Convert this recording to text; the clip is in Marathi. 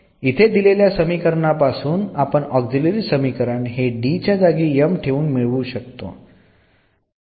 इथे दिलेल्या समीकरणा पासून आपण ऑक्झिलरी समीकरण हे D च्या जागी m ठेवून मिळवू शकतो